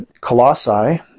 Colossae